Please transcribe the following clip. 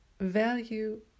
Value